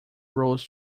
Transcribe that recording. rose